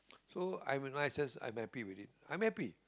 so I realises I'm happy with it I'm happy